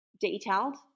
detailed